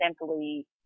simply